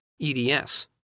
EDS